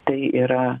tai yra